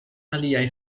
aliaj